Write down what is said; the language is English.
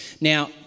Now